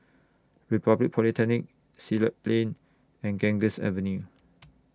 Republic Polytechnic Siglap Plain and Ganges Avenue